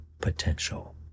potential